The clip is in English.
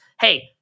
hey